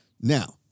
Now